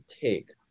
take